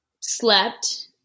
slept